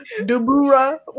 Dubura